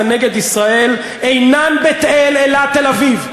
נגד ישראל אינם בית-אל אלא תל-אביב,